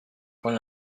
con